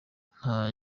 nta